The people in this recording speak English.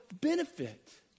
benefit